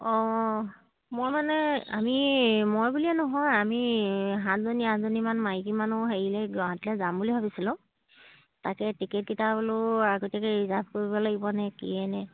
অঁ মই মানে আমি মই বুলিয়ে নহয় আমি সাতজনী আঠজনীমান মাইকী মানুহ হেৰিলৈ গুৱাহাটীলৈ যাম বুলি ভাবিছিলোঁ তাকে টিকেটকেইটা বোলে আগতীয়াকৈ ৰিজাৰ্ভ কৰিব লাগিবনে কিয়েনে